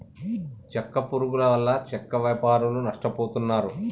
చెక్క పురుగుల వల్ల చెక్క వ్యాపారులు నష్టపోతున్నారు